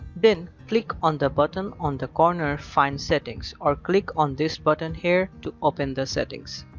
then click on the button on the corner, find settings, or click on this button here to open the settings.